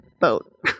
boat